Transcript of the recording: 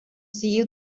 sigue